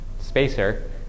spacer